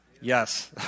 Yes